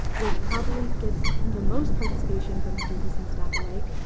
which probably gets the most participation from students and staff alike,